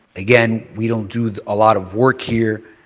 again, we don't do a lot of work here,